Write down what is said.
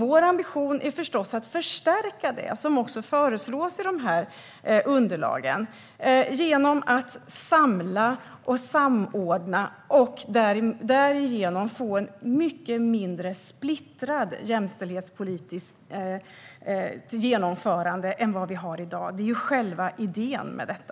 Vår ambition är förstås att förstärka det, vilket också föreslås i underlagen, genom att samla och samordna och därigenom få ett mycket mindre splittrat jämställdhetspolitiskt genomförande än i dag. Det är själva idén med detta.